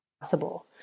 possible